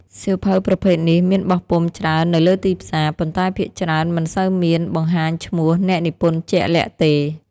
សៀវភៅប្រភេទនេះមានបោះពុម្ពច្រើននៅលើទីផ្សារ ប៉ុន្តែភាគច្រើនមិនសូវមានបង្ហាញឈ្មោះអ្នកនិពន្ធជាក់លាក់ទេ។